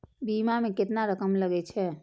बीमा में केतना रकम लगे छै?